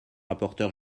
rapporteur